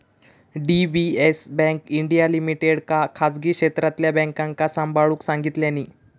DBS Bank India लिमिटेडका खासगी क्षेत्रातल्या बॅन्कांका सांभाळूक सांगितल्यानी